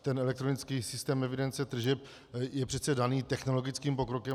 Ten elektronický systém evidence tržeb je přece daný technologickým pokrokem.